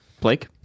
Blake